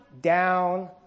down